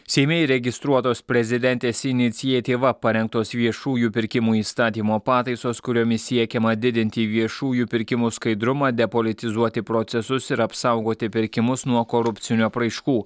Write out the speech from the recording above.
seime įregistruotos prezidentės iniciatyva parengtos viešųjų pirkimų įstatymo pataisos kuriomis siekiama didinti viešųjų pirkimų skaidrumą depolitizuoti procesus ir apsaugoti pirkimus nuo korupcinių apraiškų